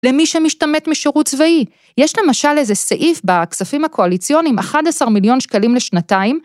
למי שמשתמט משירות צבאי. יש למשל איזה סעיף בכספים הקואליציונים, 11 מיליון שקלים לשנתיים.